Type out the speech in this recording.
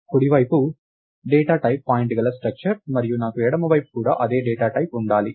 కుడి వైపు data type point గల స్ట్రక్చర్ మరియు నాకు ఎడమవైపు కూడా అదే డేటా టైప్ ఉండాలి